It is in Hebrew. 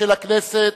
של הכנסת,